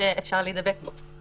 שאפשר להידבק בו.